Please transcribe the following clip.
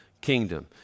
kingdom